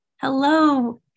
Hello